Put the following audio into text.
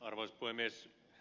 arvoisa puhemies